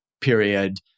period